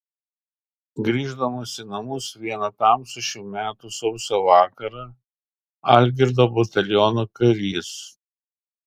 grįždamas į namus vieną tamsų šių metų sausio vakarą algirdo bataliono karys